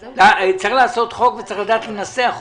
צריך לעשות חוק וצריך לדעת לנסח אותו.